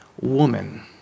Woman